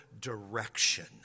direction